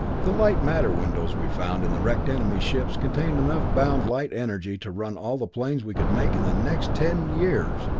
the light-matter windows we found in the wrecked enemy ships contain enough bound light-energy to run all the planes we could make in the next ten years!